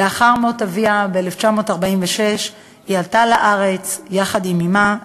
לאחר מות אביה ב-1946 היא עלתה לארץ ביחד עם אמה,